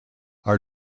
are